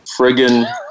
Friggin